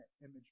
image